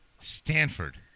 Stanford